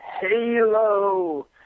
Halo